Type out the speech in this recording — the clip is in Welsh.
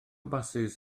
basys